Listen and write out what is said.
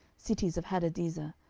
cities of hadadezer,